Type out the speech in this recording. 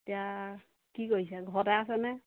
এতিয়া কি কৰিছে ঘৰতে আছে নে